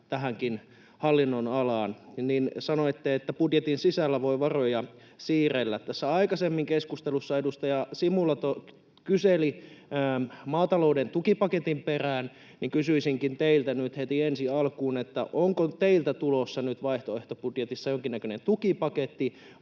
tähänkin hallinnonalaan, niin sanoitte, että budjetin sisällä voi varoja siirrellä. Kun tässä aikaisemmin keskustelussa edustaja Simula kyseli maatalouden tukipaketin perään, niin kysyisinkin teiltä nyt heti ensi alkuun, onko teiltä tulossa nyt vaihtoehtobudjetissa jonkinnäköinen tukipaketti,